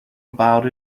about